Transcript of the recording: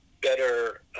better